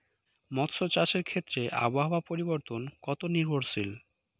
মৎস্য চাষের ক্ষেত্রে আবহাওয়া পরিবর্তন কত নির্ভরশীল?